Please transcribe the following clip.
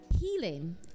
healing